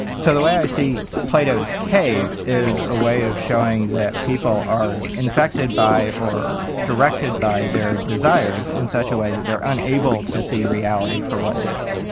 so the way i see plato's cave is a way of showing that people are infected by or directed by their desires in such a way that they're unable to see reality for what it is.